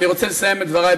ואני רוצה לסיים את דברי.